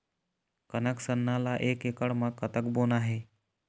कनक सरना ला एक एकड़ म कतक बोना हे?